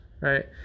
right